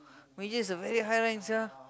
Major is a very high rank sia